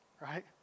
right